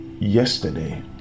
yesterday